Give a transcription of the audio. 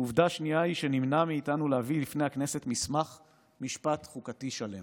ועובדה שנייה היא שנמנע מאיתנו להביא לפני הכנסת מסמך משפט חוקתי שלם.